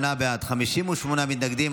38 בעד, 58 מתנגדים.